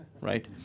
right